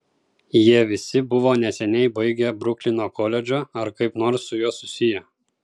jie visi buvo neseniai baigę bruklino koledžą ar kaip nors su juo susiję